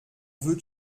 veux